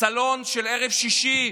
סלון של ערב שישי,